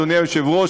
אדוני היושב-ראש,